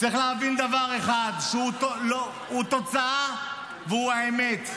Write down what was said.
צריך להבין דבר אחד, שהוא התוצאה והוא האמת.